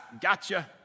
gotcha